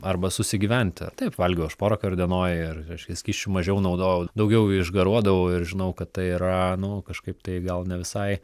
arba susigyventi taip valgiau aš porą kart dienoj ir reiškia skysčių mažiau naudojau daugiau išgaruodavau ir žinau kad tai yra nu kažkaip tai gal ne visai